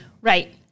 Right